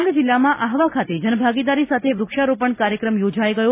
ડાંગ જિલ્લામાં આહવા ખાતે જનભાગીદારી સાથે વૃક્ષારોપણ કાર્યક્રમ યોજાઇ ગયો